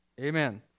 Amen